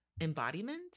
embodiment